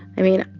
i mean,